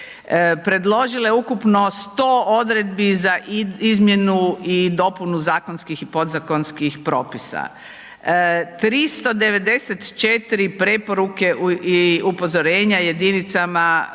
Predložila je ukupno 100 odredbi za izmjenu i dopunu zakonskih i podzakonskih propisa. 394 preporuke i upozorenja jedinicama